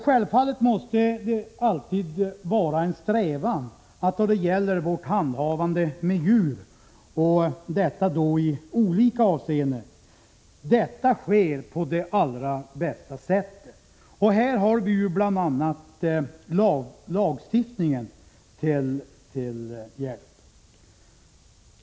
Självfallet måste det alltid vara en strävan att vårt handhavande av djur i alla avseenden sker på allra bästa sätt. Här har vi bl.a. lagstiftningen till hjälp.